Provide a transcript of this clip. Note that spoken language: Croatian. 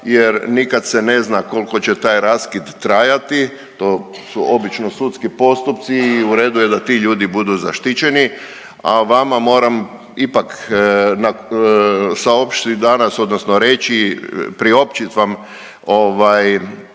jer nikad se ne zna kolko će taj raskid trajati, to su obično sudski postupci i u redu je da ti ljudi budu zaštićeni, a vama moram ipak saopćit danas odnosno reći, priopćit vam ovaj